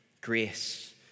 grace